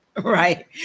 Right